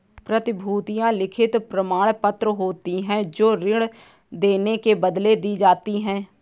प्रतिभूतियां लिखित प्रमाणपत्र होती हैं जो ऋण लेने के बदले दी जाती है